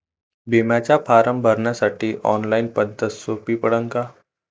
बिम्याचा फारम भरासाठी ऑनलाईन पद्धत सोपी पडन का?